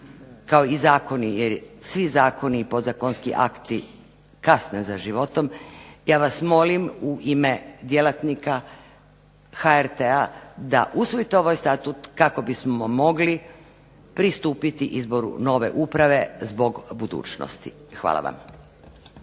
ima jer svi zakoni i podzakonski akti kasne za životom ja vas molim u ime djelatnika HRT-a da usvojite ovaj Statut kako bismo mogli pristupiti izboru nove uprave zbog budućnosti. Hvala vam.